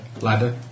ladder